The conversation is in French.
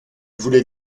voulait